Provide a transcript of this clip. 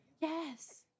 Yes